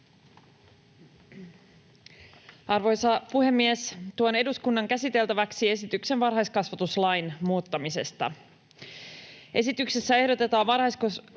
Arvoisa puhemies! Tuon eduskunnan käsiteltäväksi esityksen varhaiskasvatuslain muuttamisesta. Esityksessä ehdotetaan varhaiskasvatuslakia muutettavaksi